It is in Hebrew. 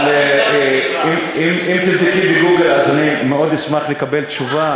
אבל אם תבדקו בגוגל אז אני מאוד אשמח לקבל תשובה,